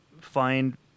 find